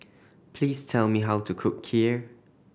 please tell me how to cook Kheer